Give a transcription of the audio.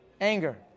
Anger